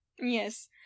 Yes